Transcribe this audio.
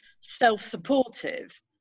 self-supportive